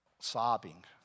sobbing